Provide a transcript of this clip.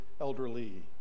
elderly